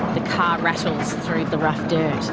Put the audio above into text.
the car rattles through the rough dirt.